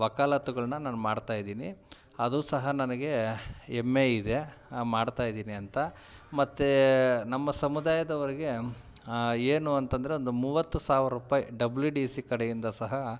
ವಕಾಲತ್ತುಗಳನ್ನ ನಾನು ಮಾಡ್ತಾ ಇದೀನಿ ಅದು ಸಹ ನನಗೇ ಹೆಮ್ಮೆ ಇದೆ ಮಾಡ್ತಾ ಇದೀನಿ ಅಂತ ಮತ್ತೆ ನಮ್ಮ ಸಮುದಾಯದವ್ರಿಗೆ ಏನು ಅಂತಂದರೆ ಒಂದು ಮೂವತ್ತು ಸಾವಿರ ರುಪಾಯಿ ಡಬ್ಲ್ಯು ಡಿ ಸಿ ಕಡೆಯಿಂದ ಸಹ